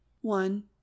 one